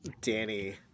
Danny